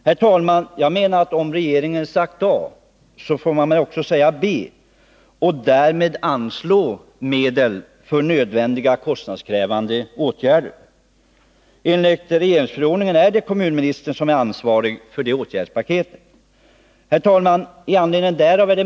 Om regeringen nu har sagt A, så får man enligt min mening även säga B och därmed anslå medel för nödvändiga kostnadskrävande åtgärder. Enligt regeringsförordningen är det kommunministern som är ansvarig för ett sådant åtgärdspaket. Herr talman!